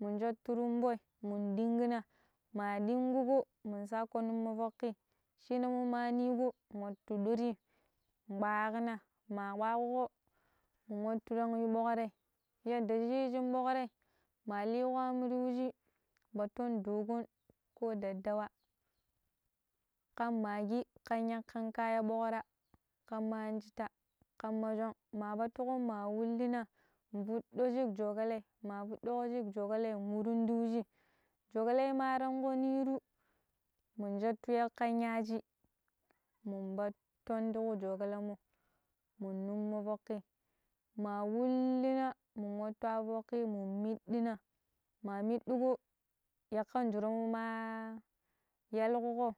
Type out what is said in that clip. njettu rumboi mun dimina ma dungugo mun sako numa fokki shina mu ma niƙo wattu biri bwaƙna ma bwaƙuƙo ma watu ran yu boƙrai. Yanda yishi boƙrai ma liƙon aam ti wuji patun doƙon ko daddawa kan maggi kan yakan kaya boƙra kamma anjita kamma shnọn ma batunƙun ma wullina, vutto shik joƙalai ma vutto shik joƙalai yu mun ti wuji, joƙalai nma nanƙo niyeni mun jettu yakkan yaaji mun batton ti joƙalamo mun nummo vokki ma wullina mu watu avo vokki mun middina ma middiƙo yakan juramo maa yalƙuƙo